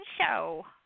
show